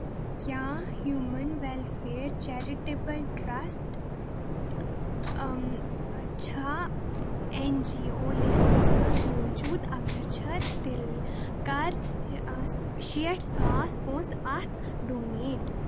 کیٛاہ human welfare charitable trust چھا N G O لسٹَس منٛز موٗجوٗد، اگر چھُ تیٚلہِ کَر شیٚٹھ ساس پۄنٛسہٕ اَتھ ڈونیٹ